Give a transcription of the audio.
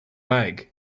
lag